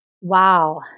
Wow